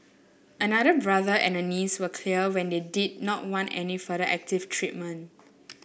another brother and a niece were clear when they did not want any further active treatment